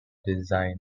design